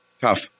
Tough